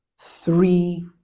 three